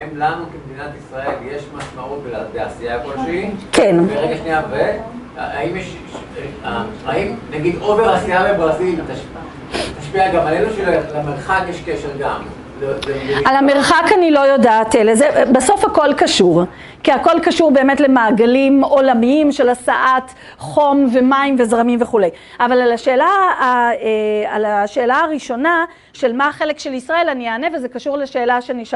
למה במדינת ישראל יש משמעות לעשייה כלשהי? כן. ורגע שנייה, והאם יש, האם נגיד אובר עשייה בברזיל תשפיע גם עלינו שלמרחק יש קשר גם? על המרחק אני לא יודעת אלה, בסוף הכל קשור, כי הכל קשור באמת למעגלים עולמיים של הסעת חום ומים וזרמים וכולי. אבל על השאלה הראשונה של מה החלק של ישראל אני אענה וזה קשור לשאלה שנשאלה